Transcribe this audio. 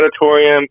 Auditorium